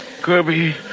Kirby